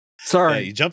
Sorry